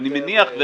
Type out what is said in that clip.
אני מניח,